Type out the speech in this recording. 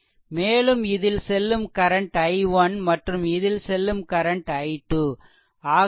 மேலும் இதில் செல்லும் கரண்ட் i1 மற்றும் இதில் செல்லும் கரண்ட் i2